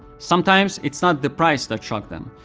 sometimes it's not the price that shock them.